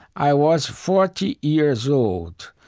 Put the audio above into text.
i was forty years old,